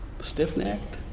stiff-necked